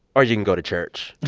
or you can go to church.